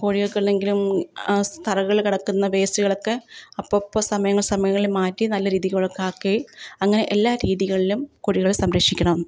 കോഴികൾക്കുള്ളെങ്കിലും തറകളിൽ കിടക്കുന്ന വേസ്റ്റുകളൊക്കെ അപ്പപ്പോൾ സമയങ്ങൾ സമയങ്ങളിൽ മാറ്റി നല്ല രീതിക്കുള്ള കാക്കുകയും അങ്ങനെ എല്ലാ രീതികളിലും കോഴികളെ സംരക്ഷിക്കണം